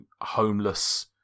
homeless